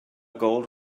gold